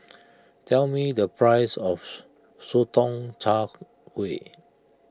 tell me the price of Sotong Char Kway